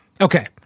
Okay